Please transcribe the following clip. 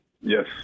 Yes